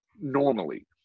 normally